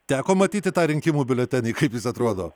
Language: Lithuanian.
teko matyti tą rinkimų biuletenį kaip jis atrodo